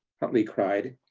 huntley cried.